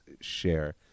share